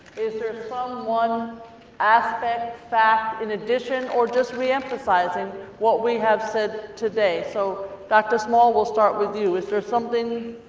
is there and some one aspect, fact, in addition, or just re-emphasizing what we have said today? so dr. small, we'll start with you. is there something